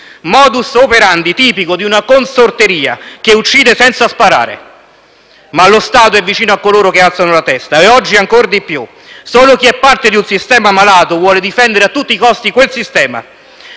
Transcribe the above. *modus operandi* tipico di una consorteria che uccide senza sparare. Ma lo Stato è vicino a coloro che alzano la testa e oggi ancor di più. Solo chi è parte di un sistema malato vuole difendere a tutti i costi quel sistema,